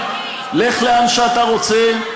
לך לאן שאתה רוצה,